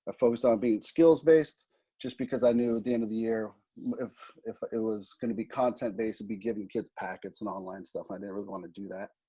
ah focused on being skills-based just because i knew the end of the year if if it was going to be content-based, we'd be giving kids packets and online stuff and i didn't really want to do that.